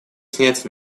снять